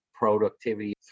productivity